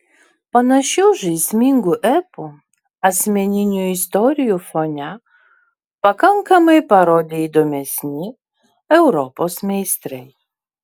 panašių žaismingų epų asmeninių istorijų fone pakankamai parodė įdomesni europos meistrai